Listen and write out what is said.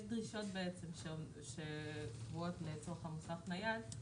יש דרישות שקבועות לצורך מוסך נייד.